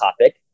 topic